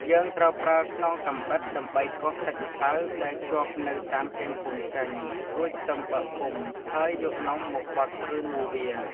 យើងត្រូវប្រើខ្នងកាំបិតដើម្បីកោសសាច់ម្សៅដែលជាប់នៅតាមគែមពុម្ពចេញ រួចសឹមបើកពុម្ព ហើយយកនំមកបត់ឬ មូរវា។